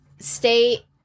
Stay